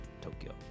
tokyo